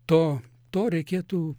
to to reikėtų